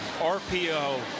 RPO